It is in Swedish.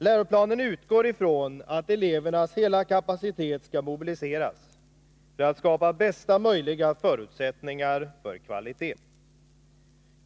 Läroplanen utgår ifrån att elevernas hela kapacitet skall mobiliseras för att skapa bästa möjliga förutsättningar för kvalitet.